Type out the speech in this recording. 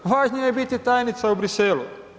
Važnije je biti tajnica u Bruxellesu.